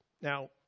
Now